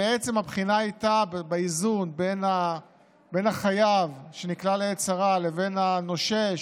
הבחינה הייתה באיזון בין החייב שנקלע לעת צרה לבין הנושה,